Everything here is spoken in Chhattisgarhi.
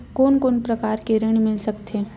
कोन कोन प्रकार के ऋण मिल सकथे?